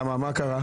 למה, מה קרה?